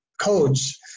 codes